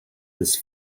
his